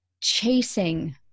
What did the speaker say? Chasing